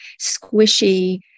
squishy